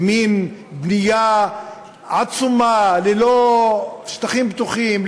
למין בנייה עצומה ללא שטחים פתוחים,